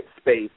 space